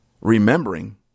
Remembering